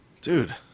Dude